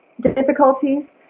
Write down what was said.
difficulties